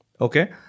okay